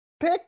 pick